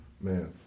man